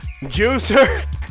Juicer